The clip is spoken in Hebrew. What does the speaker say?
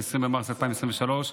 20 במרץ 2023,